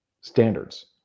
standards